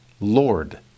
lord